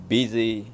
Busy